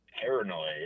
paranoid